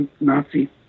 Nazi